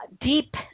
deep